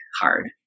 hard